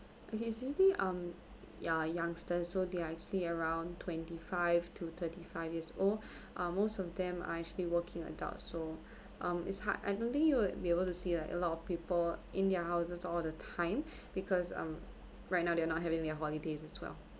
okay city um yeah youngsters so they are actually around twenty five to thirty five years old uh most of them are actually working adults so um it's hard I don't think you would be able to see like a lot of people in their houses all the time because um right now they are not having their holidays as well